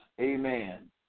amen